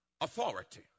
authority